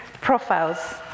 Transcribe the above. profiles